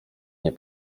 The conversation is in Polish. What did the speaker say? nie